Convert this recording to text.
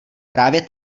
právě